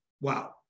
Wow